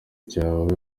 cyawe